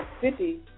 City